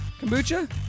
Kombucha